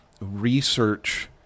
research